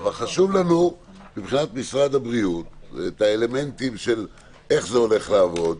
אבל חשוב לנו מבחינת משרד הבריאות את האלמנטים איך זה הולך לעבוד,